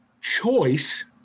choice